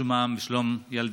לשלומם ולשלום ילדינו.